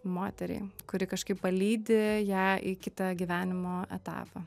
moteriai kuri kažkaip palydi ją į kitą gyvenimo etapą